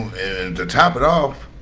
and to top it off